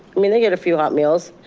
i mean they get a few hot meals,